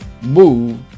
move